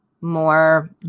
more